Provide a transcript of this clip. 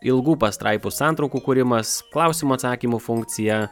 ilgų pastraipų santraukų kūrimas klausimų atsakymų funkcija